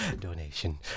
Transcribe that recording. donation